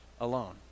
alone